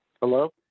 Hello